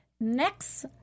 Next